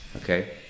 Okay